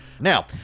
now